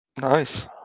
nice